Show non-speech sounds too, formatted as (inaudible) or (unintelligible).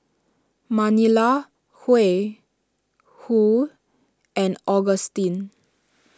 Manilla (unintelligible) Huy and Augustin